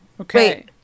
Okay